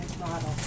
model